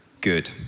good